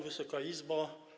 Wysoka Izbo!